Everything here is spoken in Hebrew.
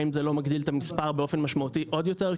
האם זה לא מגדיל את המספר באופן משמעותי עוד יותר,